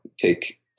take